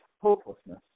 hopelessness